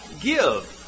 give